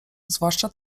zwłaszcza